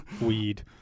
weed